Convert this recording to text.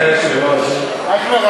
נחזור עוד קצת